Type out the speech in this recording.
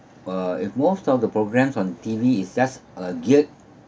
uh if most of the programmes on T_V is just uh geared